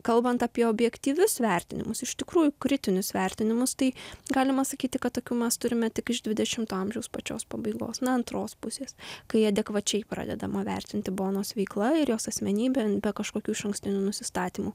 kalbant apie objektyvius vertinimus iš tikrųjų kritinius vertinimus tai galima sakyti kad tokių mes turime tik iš dvidešimto amžiaus pačios pabaigos na antros pusės kai adekvačiai pradedama vertinti bonos veikla ir jos asmenybė be kažkokių išankstinių nusistatymų